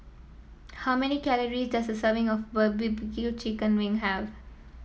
how many calories does a serving of chicken wing have